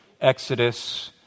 Exodus